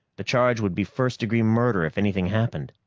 the charge would be first-degree murder if anything happened.